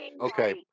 Okay